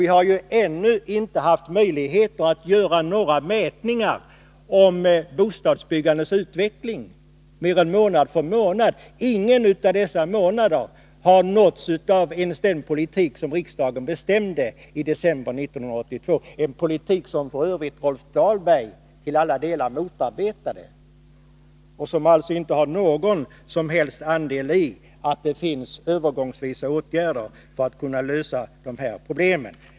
Vi har ju ännu inte haft möjlighet att göra några mätningar om bostadsbyggandets utveckling mer än månad för månad. Under ingen av dessa månader har bostadsbyggandet nåtts ens av den politik som riksdagen bestämde i december 1982, en politik som f. ö. Rolf Dahlberg till alla delar motarbetade. Han har alltså inte någon som helst andel i detta att det finns möjlighet att övergångsvis vidta åtgärder för att lösa problemen.